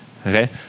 Okay